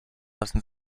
lassen